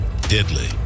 deadly